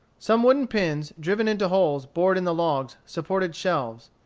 some wooden pins, driven into holes bored in the logs, supported shelves.